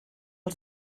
els